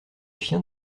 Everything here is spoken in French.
chiens